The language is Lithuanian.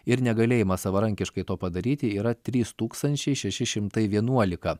ir negalėjimą savarankiškai to padaryti yra trys tūkstančiai šeši šimtai vienuolika